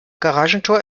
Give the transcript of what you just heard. garagentor